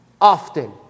Often